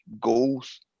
goals